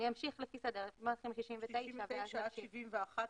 בסעיפים 69 עד 71,